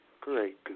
Great